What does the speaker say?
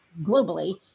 globally